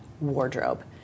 wardrobe